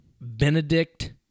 Benedict